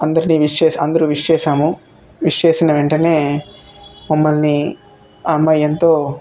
అందర్నీ విష్ చేసి అందర్నీ విష్ చేసాము విష్ చేసిన వెంటనే తను మమ్మల్ని ఆ అమ్మాయి ఎంతో